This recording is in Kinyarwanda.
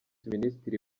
minisitiri